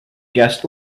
guest